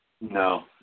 No